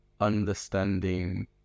understanding